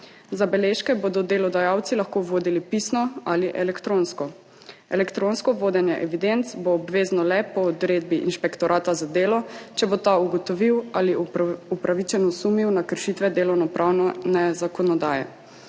Zabeležke bodo delodajalci lahko vodili pisno ali elektronsko. Elektronsko vodenje evidenc bo obvezno le po odredbi Inšpektorata za delo, če bo ta ugotovil ali upravičeno sumil na kršitve delovnopravne zakonodaje.